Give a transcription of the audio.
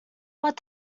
what